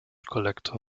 collector